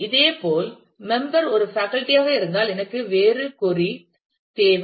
இதேபோல் மெம்பர் ஒரு பேக்கல்டி ஆக இருந்தால் எனக்கு வேறு கொறி தேவை